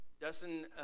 Dustin